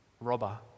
robber